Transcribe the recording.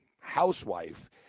housewife